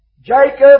Jacob